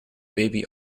baby